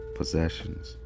possessions